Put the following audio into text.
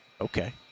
Okay